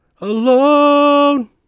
alone